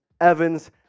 Evans